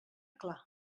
clar